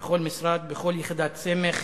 בכל משרד ובכל יחידת סמך,